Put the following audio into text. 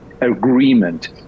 agreement